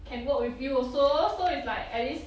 can work with you also so it's like at least